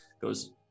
goes